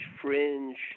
fringe